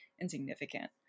insignificant